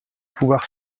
pouvoir